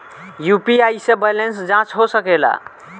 UPI से balance जाँच हो सके ला?